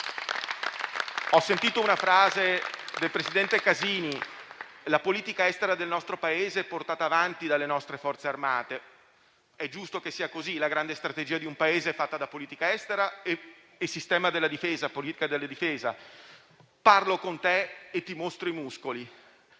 Ho sentito una frase del presidente Casini: la politica estera del nostro Paese è portata avanti dalle nostre Forze armate; è giusto che sia così: la grande strategia di un Paese è fatta dalla politica estera e dalla politica della difesa. Parlo con te e ti mostro i muscoli;